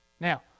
Now